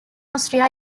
austria